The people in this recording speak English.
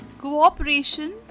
cooperation